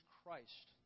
Christ